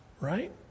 right